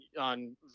on